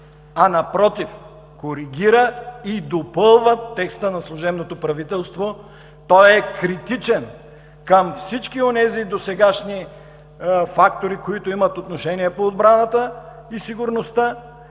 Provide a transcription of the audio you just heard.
а напротив, коригира и допълва текста на служебното правителство! Той е критичен към всички онези досегашни фактори, които имат отношение по отбраната, сигурността